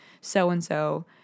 so-and-so